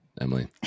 Emily